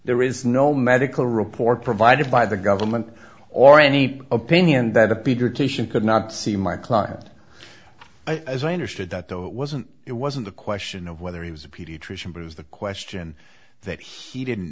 there is no medical report provided by the government or any opinion that a bigger titian could not see my client as i understood that though it wasn't it wasn't a question of whether he was a pediatrician but was the question that he didn't